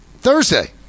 Thursday